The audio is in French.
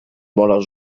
vraiment